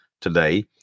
today